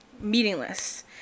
meaningless